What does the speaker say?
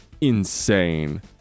insane